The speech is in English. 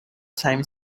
time